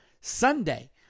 Sunday